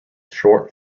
short